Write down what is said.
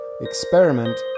Experiment